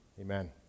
Amen